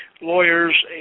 lawyers